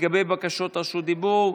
לגבי בקשות רשות הדיבור,